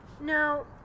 No